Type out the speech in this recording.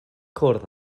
cwrdd